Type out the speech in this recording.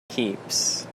keeps